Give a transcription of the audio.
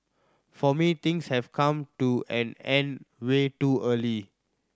for me things have come to an end way too early